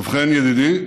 ובכן, ידידי,